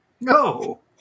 No